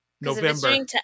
November